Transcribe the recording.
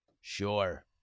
Sure